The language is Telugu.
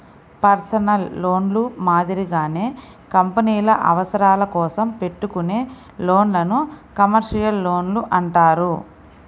పర్సనల్ లోన్లు మాదిరిగానే కంపెనీల అవసరాల కోసం పెట్టుకునే లోన్లను కమర్షియల్ లోన్లు అంటారు